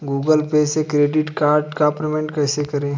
Google पर से credit card का पेमेंट कैसे करें?